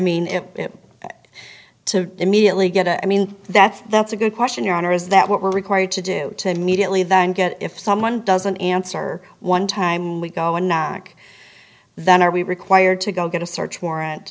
mean if to immediately get a i mean that's that's a good question your honor is that what we're required to do to immediately then get if someone doesn't answer one time we go now back then are we required to go get a search warrant